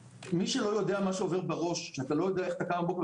מי שלא יודע מה עובר בראש כשאתה לא יודע איך אתה קם בבוקר,